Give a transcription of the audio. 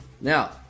Now